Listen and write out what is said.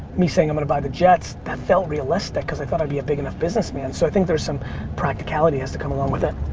me saying i'm gonna buy the jets, that felt realistic cause i thought i'd be a big enough businessman. so i think there's some practicality has to come along with it.